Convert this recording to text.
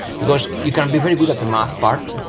because you can be very good at the math part,